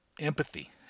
empathy